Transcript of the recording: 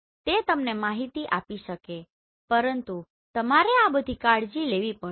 તે તમને માહિતી આપી શકે છે પરંતુ તમારે આ બધી કાળજી લેવી પડશે